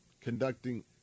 conducting